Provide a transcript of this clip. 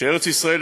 שארץ ישראל,